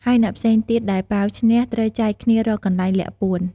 ហើយអ្នកផ្សេងទៀតដែលប៉ាវឈ្នះ ត្រូវចែកគ្នារកកន្លែងលាក់ពួន។